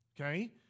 okay